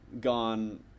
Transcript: gone